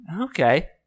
Okay